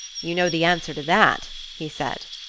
you know the answer to that, he said.